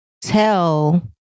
tell